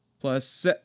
plus